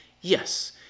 Yes